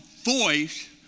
voice